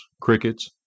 Crickets